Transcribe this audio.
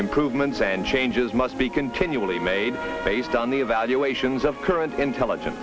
improvements and changes must be continually made based on the evaluations of current intelligen